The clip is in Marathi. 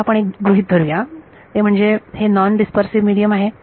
आता आपण एक गृहीत धरू या ते म्हणजे हे नॉन डीस्पपर्सीव्ह मिडीयम आहे